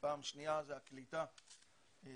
ופעם שנייה זה הקליטה כאן,